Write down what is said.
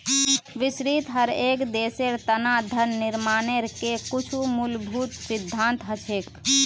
विश्वत हर एक देशेर तना धन निर्माणेर के कुछु मूलभूत सिद्धान्त हछेक